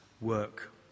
work